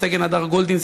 סגן הדר גולדין,